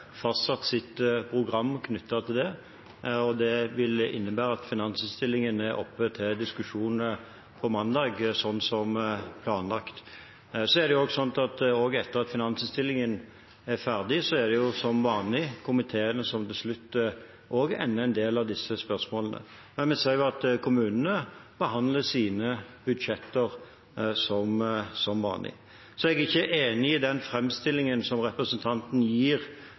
fastsatt sitt program knyttet til det, og det vil innebære at finansinnstillingen er oppe til diskusjon på mandag, slik som planlagt. Så er det jo også slik at etter at finansinnstillingen er ferdig, er det som vanlig komiteene som beslutter og ender en del av disse spørsmålene. Men vi ser jo at kommunene behandler sine budsjetter som vanlig. Så jeg er ikke enig i den framstillingen som representanten gir